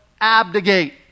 abdicate